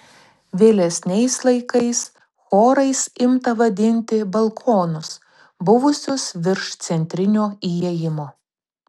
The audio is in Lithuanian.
vėlesniais laikais chorais imta vadinti balkonus buvusius virš centrinio įėjimo